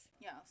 yes